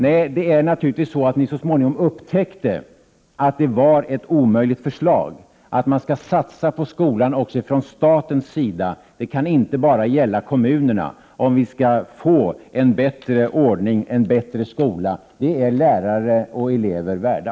Nej, ni upptäckte naturligtvis så småningom att det var ett omöjligt förslag. Också staten skall satsa på skolan - det kan inte bara gälla kommunerna - om vi skall få en bättre ordning, en bättre skola. Detta är lärare och elever värda.